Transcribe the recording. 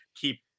keep